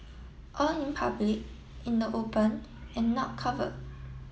all in public in the open and not cover